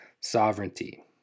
sovereignty